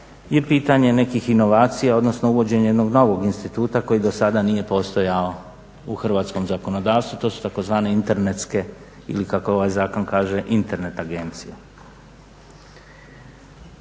je pitanje nekih inovacija odnosno uvođenje jednog novog instituta koji do sada nije postojao u Hrvatskom zakonodavstvu. To su takozvane internetske ili kako ovaj zakon Internet agencije.